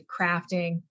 crafting